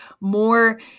more